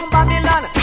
Babylon